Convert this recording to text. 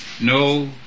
no